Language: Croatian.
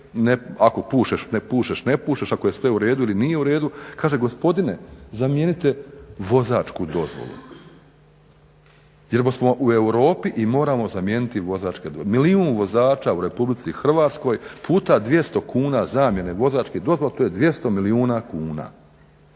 ako pušeš ne pušeš, ne pušeš ako je sve uredu ili nije uredu. Kaže gospodine zamijenite vozačku dozvolu jerbo smo u Europi i moramo zamijeniti vozačke. Milijun vozača u RH puta 200 kuna zamjene vozačke dozvole to je 200 milijuna kuna.